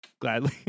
gladly